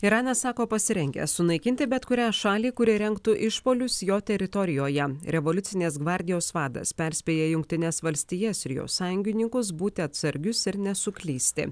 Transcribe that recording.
iranas sako pasirengęs sunaikinti bet kurią šalį kuri rengtų išpuolius jo teritorijoje revoliucinės gvardijos vadas perspėja jungtines valstijas ir jo sąjungininkus būti atsargius ir nesuklysti